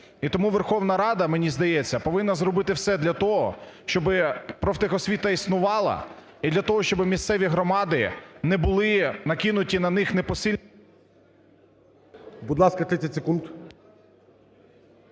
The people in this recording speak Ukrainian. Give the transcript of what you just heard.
І тому Верховна Рада, мені здається, повинна зробити все для того, щоб профтехосвіта існувала, і для того, щоб місцеві громади, не буди накинуті на них непосильні… ГОЛОВУЮЧИЙ. Будь ласка, 30 секунд.